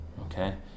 Okay